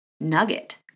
nugget